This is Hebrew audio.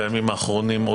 בימים האחרונים,